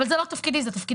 אבל זה לא תפקידי, זה תפקידך.